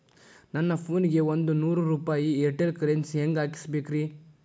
ನನ್ನ ಫೋನಿಗೆ ಒಂದ್ ನೂರು ರೂಪಾಯಿ ಏರ್ಟೆಲ್ ಕರೆನ್ಸಿ ಹೆಂಗ್ ಹಾಕಿಸ್ಬೇಕ್ರಿ?